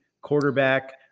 quarterback